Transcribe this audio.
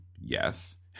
Yes